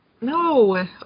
No